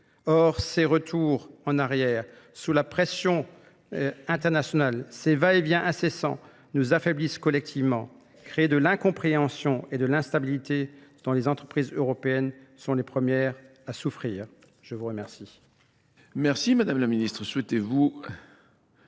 Or, ces retours en arrière, sous la pression internationale, ces va-et-vient incessants nous affaiblissent collectivement, créer de l'incompréhension et de l'instabilité dont les entreprises européennes sont les premières à souffrir. Je vous remercie.